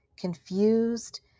confused